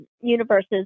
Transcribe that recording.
universes